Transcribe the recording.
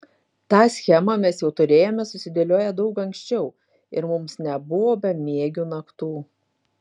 tą schemą mes jau turėjome susidėlioję daug ankščiau ir mums nebuvo bemiegių naktų